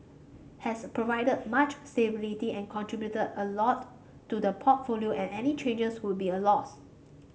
has provided much stability and contributed a lot to the portfolio and any changes would be a loss